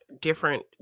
different